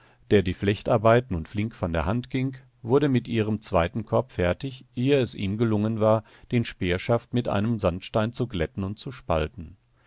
der die flechtarbeit nun flink von der hand ging wurde mit ihrem zweiten korb fertig ehe es ihm gelungen war den speerschaft mit einem sandstein zu glätten und zu spalten